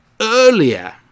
earlier